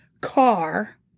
car